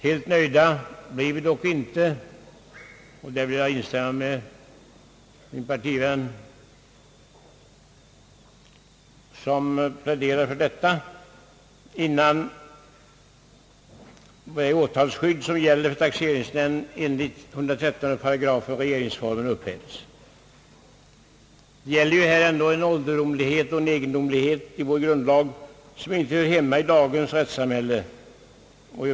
Helt nöjda är vi dock inte — där vill jag in stämma med min partivän som pläderat för detta — innan det åtalsskydd som gäller för taxeringsnämnd enligt §113 regeringsformen upphävts. Det gäller ju här ändå en ålderdomlighet och egendomlighet i vår grundlag som inte hör hemma i dagens rättssamhälle.